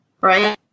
Right